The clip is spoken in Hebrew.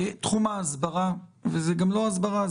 תחום ההסברה וזה גם לא הסברה,